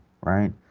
right